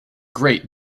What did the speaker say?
great